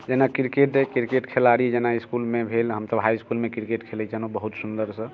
जेना क्रिकेट अइ क्रिकेट खिलाड़ी जेना इसकुलमे भेल हमसब हाइ इसकुलमे क्रिकेट खेलैत छलहुँ बहुत सुन्दरसँ